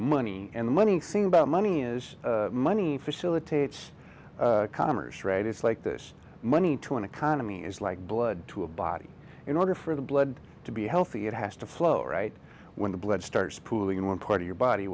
money and let me think about money is money facilitates commerce right it's like this money to an economy is like blood to a body in order for the blood to be healthy it has to flow right when the blood starts pooling in one part of your body